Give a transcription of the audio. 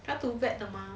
not too bad